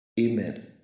Amen